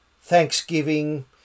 Thanksgiving